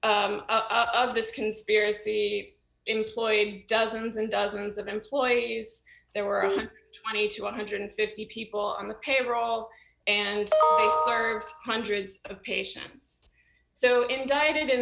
time of this conspiracy employed dozens and dozens of employees there were twenty to one hundred and fifty people on the payroll and hundreds of patients so indicted in